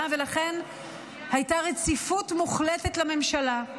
ולכן הייתה רציפות מוחלטת לממשלה.